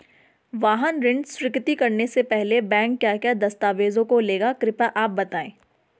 वाहन ऋण स्वीकृति करने से पहले बैंक क्या क्या दस्तावेज़ों को लेगा कृपया आप बताएँगे?